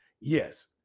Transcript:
Yes